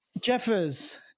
Jeffers